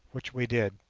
which we did.